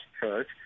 church